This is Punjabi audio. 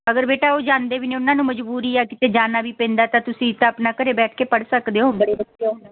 ਅਗਰ ਬੇਟਾ ਉਹ ਜਾਂਦੇ ਵੀ ਨੇ ਉਹਨਾਂ ਨੂੰ ਮਜ਼ਬੂਰੀ ਆ ਕਿਤੇ ਜਾਣਾ ਵੀ ਪੈਂਦਾ ਤਾਂ ਤੁਸੀਂ ਤਾਂ ਆਪਣਾ ਘਰ ਬੈਠ ਕੇ ਪੜ੍ਹ ਸਕਦੇ ਹੋ ਬੜੇ ਬੱਚੇ ਹੋ ਹੁਣ